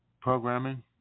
programming